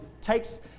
takes